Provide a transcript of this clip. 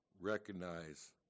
recognize